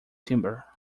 timber